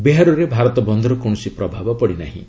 ବିହାରରେ ଭାରତ ବନ୍ଦର କୌଣସି ପ୍ରଭାବ ପଡ଼ିନାହିଁ